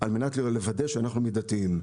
על מנת לוודא שאנחנו מידתיים.